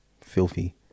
filthy